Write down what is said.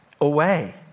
away